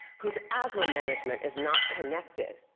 whose asthma management is not connected,